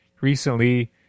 recently